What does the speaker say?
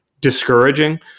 discouraging